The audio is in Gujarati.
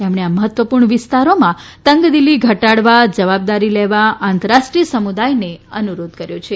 તેમણે આ મહત્વપૂર્ણ વિસ્તારોમાં તંગદીલી ઘટાડવા જવાબદારી લેવા આંતરરાષ્ટ્રીય સમુદાયને અનુરોધ કર્યો છે